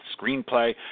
screenplay